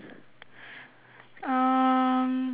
um